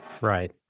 Right